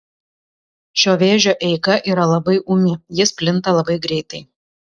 šio vėžio eiga yra labai ūmi jis plinta labai greitai